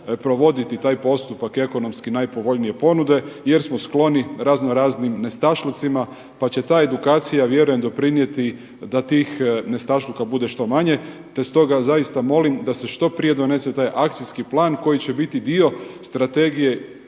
provoditi taj postupak, ekonomski najpovoljnije ponude jer smo skloni razno raznim nestašlucima pa će ta edukacija vjerujem doprinijeti da tih nestašluka bude što manje. Te stoga zaista molim da se što prije donese taj akcijski plan koji će biti dio strategije